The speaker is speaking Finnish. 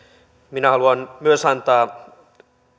minä haluan myös antaa